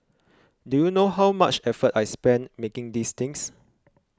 do you know how much effort I spent making these things